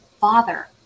Father